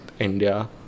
india